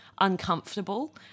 Uncomfortable